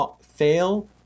fail